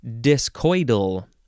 discoidal